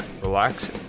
relax